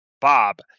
Bob